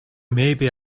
maybe